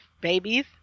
babies